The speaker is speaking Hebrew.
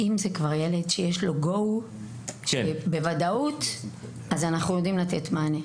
אם זה ילד שיש לו Go בוודאות אז אנחנו יודעים לתת מענה.